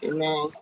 Amen